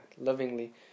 lovingly